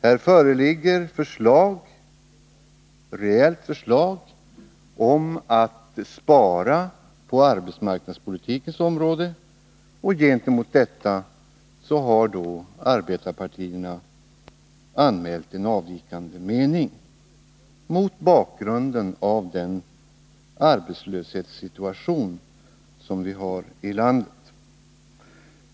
Här föreligger ett konkret förslag om att spara på arbetsmarknadspolitikens område. Gentemot detta har arbetarpartierna anmält en avvikande mening mot bakgrund av den arbetslöshetssituation som vi har i landet.